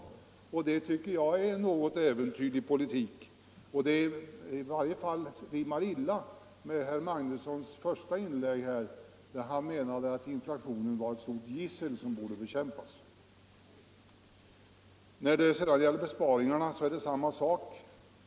Det tycker jag är en något äventyrlig politik. Det rimmar i varje fall illa med herr Magnussons första inlägg där han menade att inflationen var ett gissel som borde bekämpas. När det sedan gäller besparingarna är det samma sak.